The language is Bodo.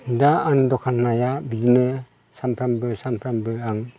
दा आं दखान होनाया बिदिनो सानफ्रामबो सानफ्रामबो आं